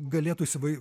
galėtų įsivai